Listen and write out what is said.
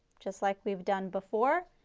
just like we have done before.